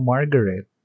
Margaret